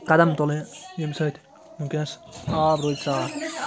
قدم تُلٕنۍ ییٚمہِ سۭتۍ وٕنکیٚنس آب روٗزِ صاف